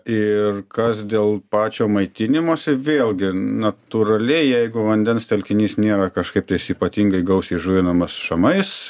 ir kas dėl pačio maitinimosi vėlgi natūraliai jeigu vandens telkinys nėra kažkaiptais ypatingai gausiai žuvinamas šamais